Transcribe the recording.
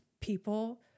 people